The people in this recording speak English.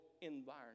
environment